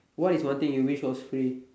what is one thing you wish was free